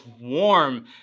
warm